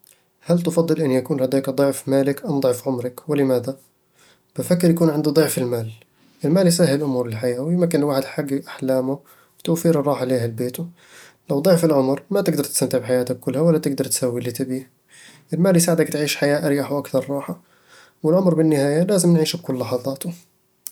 هل تفضل أن يكون لديك ضِعف مالك أم ضِعف عُمرِك؟ ولماذا؟ بفضل أكون عندي ضِعف المال المال يسهل أمور الحياة، ويمكّن الواحد يحقق أحلامه وتوفير الراحة لأهل بيته. لو ضِعف العُمر، ما تقدر تستمتع بحياتك كلها، ولا تقدّر تسوي كل اللي تبيه المال يساعدك تعيش حياة أريح وأكثر راحة، والعمر بالنهاية لازم نعيشه بكل لحظاته